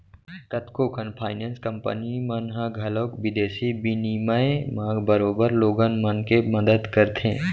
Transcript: कतको कन finance company मन ह घलौक बिदेसी बिनिमय म बरोबर लोगन मन के मदत करथे